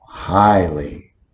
highly